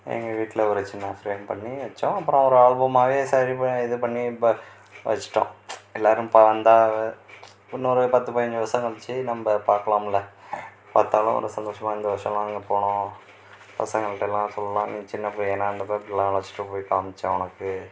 எங்கள் வீட்டில் ஒரு சின்ன ஃபிரேம் பண்ணி வைச்சோம் அப்புறம் ஒரு ஆல்பமாகவே சரி பண்ணி இது பண்ணி இப்போ வச்சுட்டோம் எல்லோரும் வந்தால் இன்னொரு பத்து பதினஞ்சு வருடம் கழித்து நம்ம பார்க்கலாம்ல பார்த்தாலும் அவ்வளோ சந்தோஷமா அந்த வருஷம்லாம் அங்கே போனோம் பசங்கள்கிட்டலாம் சொல்லலாம் நீ சின்ன பிள்ளையா இருந்தப்போ இப்படிலாம் அழைச்சிட்டு போய் காமித்தோம் உனக்கு